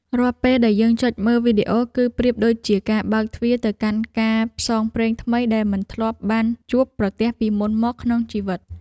រាល់ពេលដែលយើងចុចមើលវីដេអូគឺប្រៀបដូចជាការបើកទ្វារទៅកាន់ការផ្សងព្រេងថ្មីដែលមិនធ្លាប់បានជួបប្រទះពីមុនមកក្នុងជីវិត។